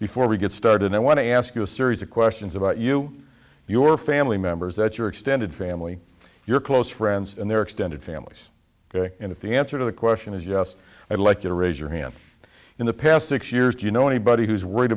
before we get started i want to ask you a series of questions about you your family members that your extended family your close friends and their extended families and if the answer to the question is yes i'd like to raise your hand in the past six years do you know anybody who's worried